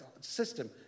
system